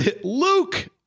Luke